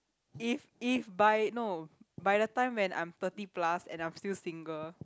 if if by no by the time when I'm thirty plus and I'm still single